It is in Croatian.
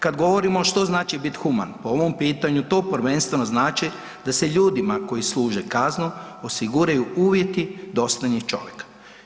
Kad govorimo što znači biti human, po mom pitanju to prvenstveno znači da se ljudima koji služe kaznu osiguraju uvjeti dostojni čovjeka.